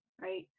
right